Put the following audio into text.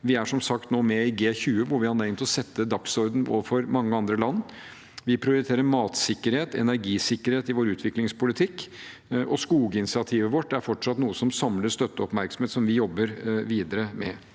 Vi er, som sagt, nå med i G20, hvor vi har anledning til å sette dagsordenen overfor mange andre land. Vi prioriterer matsikkerhet og energisikkerhet i vår utviklingspolitikk. Skoginitiativet vårt er fortsatt noe som samler støtte og oppmerksomhet, og som vi jobber videre med.